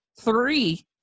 three